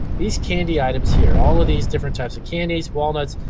these candy items here, all of these different types of candies, walnuts.